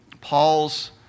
Paul's